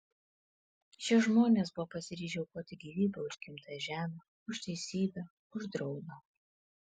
šie žmonės buvo pasiryžę aukoti gyvybę už gimtąją žemę už teisybę už draugą